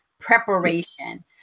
preparation